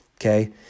okay